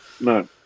no